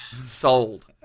sold